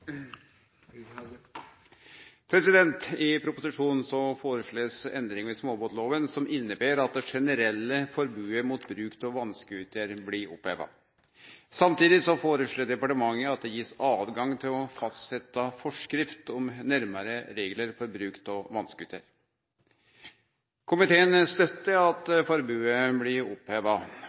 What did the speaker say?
vedtatt. I proposisjonen blir det føreslege endring i småbåtlova som inneber at det generelle forbodet mot bruk av vass-scooter blir oppheva. Samtidig føreslår departementet at det blir gitt høve til å fastsetje forskrift om nærare reglar for bruk av vass-scooter. Komiteen støttar at forbodet blir oppheva,